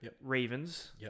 Ravens